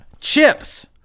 chips